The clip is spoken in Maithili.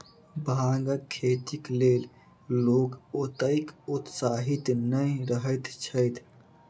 भांगक खेतीक लेल लोक ओतेक उत्साहित नै रहैत छैथ